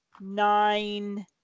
nine